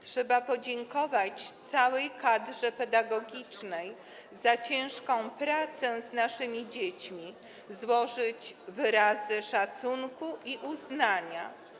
Trzeba podziękować całej kadrze pedagogicznej za ciężką pracę z naszymi dziećmi, złożyć wyrazy szacunku i uznania.